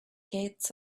gates